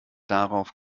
darauf